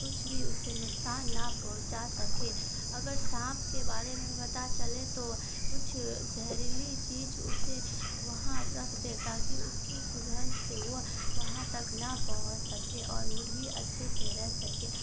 کچھ بھی اسے نقصان نہ پہنچا سکے اگر سانپ کے بارے میں پتا چلے تو کچھ زہریلی چیز اسے وہاں رکھ دے تاکہ اس کی سگندھ سے وہ وہاں تک نہ پہنچ سکے اور مرغی اچھے سے رہ سکے